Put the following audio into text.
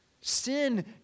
Sin